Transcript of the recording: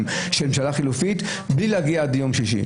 של ממשלה חלופית בלי להגיע עד יום שישי.